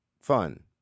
fun